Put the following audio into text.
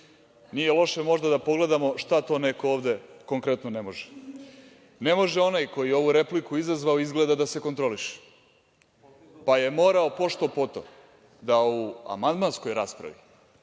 Nije loše možda da pogledamo šta to neko ovde konkretno ne može. Ne može onaj koji je ovu repliku izazvao izgleda da se kontroliše, pa je morao pošto-poto da u amandmanskoj raspravi